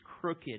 crooked